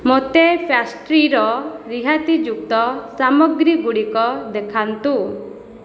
ମୋତେ ପ୍ୟାଷ୍ଟ୍ରିର ରିହାତିଯୁକ୍ତ ସାମଗ୍ରୀଗୁଡ଼ିକ ଦେଖାନ୍ତୁ